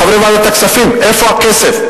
לחברי ועדת הכספים: איפה הכסף?